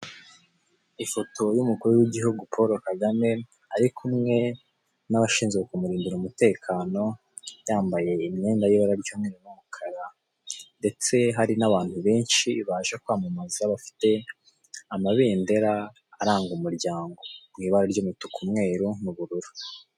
Ifoto y'umukuru w'igihugu polo Kagame, arikumwe n'abashinzwe kumurindira umutekano, yambaye imyenda y'ibara ry'umweru ndetse n'umukara. Ndetse hari n'abantu benshi baje kwamamaza bafite amabendera aranga umuryango mu ibara ry'umutuku, umweru, ubururu.